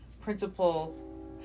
principal